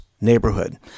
neighborhood